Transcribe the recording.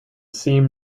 seam